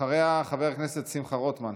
אחריה, חבר הכנסת שמחה רוטמן.